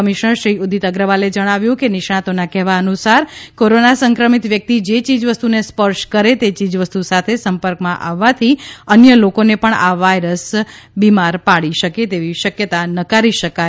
કમિશનરશ્રી ઉદિત અગ્રવાલે જણાવ્યું હતું કે નિષ્ણાતોના કહેવા અનુસાર કોરોના સંક્રમિત વ્યક્તિ જે ચીજ વસ્તુને સ્પર્શ કરે તે ચીજ વસ્તુ સાથે સંપર્કમાં આવવાથી અન્ય લોકોને પણ આ વાયરસ બીમાર પાડી શકે તેવી શક્યતા નકારી શકાય નહી